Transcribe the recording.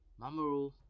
Mamoru